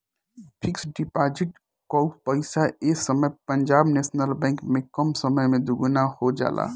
fix deposit कअ पईसा ए समय पंजाब नेशनल बैंक में कम समय में दुगुना हो जाला